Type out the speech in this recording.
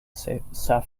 saffron